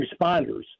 responders